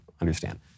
understand